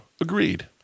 Agreed